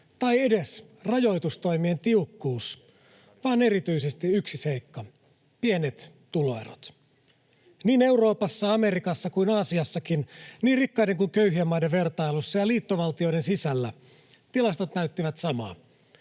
tai edes rajoitustoimien tiukkuus, vaan erityisesti yksi seikka: pienet tuloerot. Niin Euroopassa, Amerikassa kuin Aasiassakin, niin rikkaiden kuin köyhien maiden vertailussa ja liittovaltioiden sisällä, tilastot näyttivät samaa: